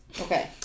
okay